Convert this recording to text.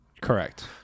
Correct